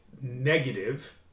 negative